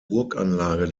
burganlage